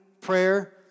prayer